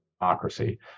democracy